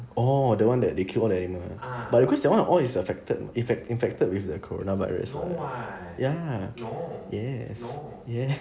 oh that one that they kill all the animal ah but cause the one all is affected in~ infected with the coronavirus [what] ya yes yes